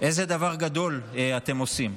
איזה דבר גדול אתם עושים.